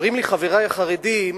אומרים לי חברי החרדים,